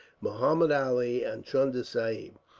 muhammud ali and chunda sahib.